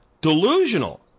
delusional